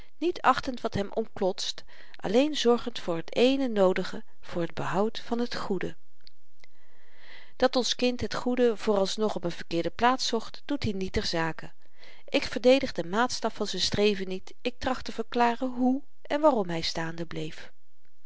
niet achtend wat hem omklotst alleen zorgend voor t ééne noodige voor t behoud van het goede dat ons kind het goede voor als nog op n verkeerde plaats zocht doet hier niet ter zake ik verdedig den maatstaf van z'n streven niet ik tracht te verklaren hoe en waarom hy staande bleef